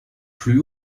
plus